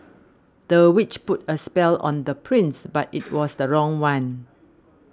the witch put a spell on the prince but it was the wrong one